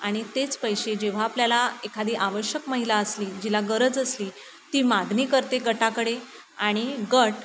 आणि तेच पैसे जेव्हा आपल्याला एखादी आवश्यक महिला असली जिला गरज असली ती मागणी करते गटाकडे आणि गट